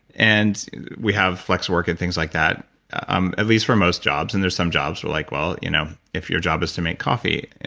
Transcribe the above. and we have flex work and things like that um at least for most jobs and there's some jobs where like well, you know if your job is to make coffee,